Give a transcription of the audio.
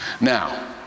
Now